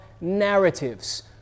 narratives